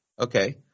Okay